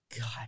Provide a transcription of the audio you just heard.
God